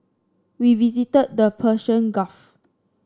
we visited the Persian Gulf